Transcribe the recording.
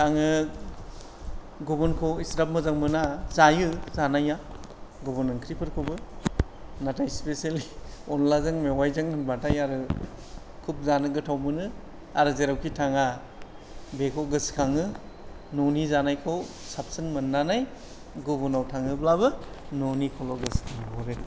आङो गुबुनखौ इसिग्राब मोजां मोना जायो जानाया गुबुन ओंख्रिफोरखौबो नाथाय स्पिसियेलि अनलाजों मेवाइजों होनबाथाय आरो खुब जानो गोथाव मोनो आरो जेरावखि थाङा बेखौ गोसखाङो न'नि जानायखौ साबसिन मोननानै गुबुनाव थाङोब्लाबो न'निखौल' गोसखांहरो